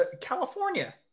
california